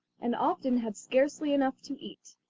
and often had scarcely enough to eat.